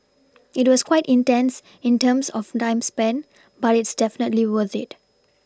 it was quite intense in terms of time spent but it's definitely worth it